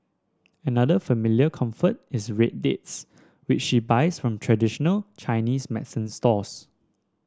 another familiar comfort is red dates which she buys from traditional Chinese medicine stores